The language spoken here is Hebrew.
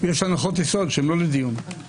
ויש הנחות יסוד שהן לא לדיון.